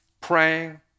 praying